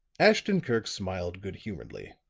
ashton-kirk smiled good-humoredly.